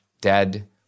dead